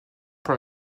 pour